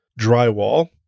drywall